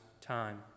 time